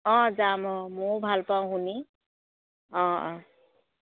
অঁ যাম অঁ ময়ো ভাল পাওঁ শুনি অঁ অঁ